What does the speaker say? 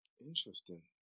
Interesting